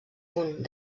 punt